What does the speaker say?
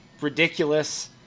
ridiculous